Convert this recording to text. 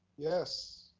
yes.